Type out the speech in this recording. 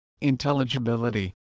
intelligibility